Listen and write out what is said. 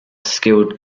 skilled